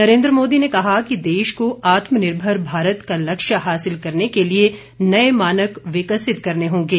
नरेन्द्र मोदी ने कहा कि देश को आत्मनिर्भर भारत का लक्ष्य हासिल करने के लिए नए मानक विकसित करने होंगे